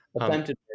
attempted